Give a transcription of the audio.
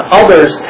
others